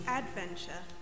adventure